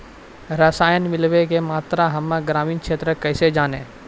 रसायन मिलाबै के मात्रा हम्मे ग्रामीण क्षेत्रक कैसे जानै?